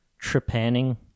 trepanning